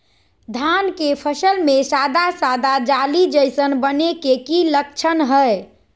धान के फसल में सादा सादा जाली जईसन बने के कि लक्षण हय?